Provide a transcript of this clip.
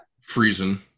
freezing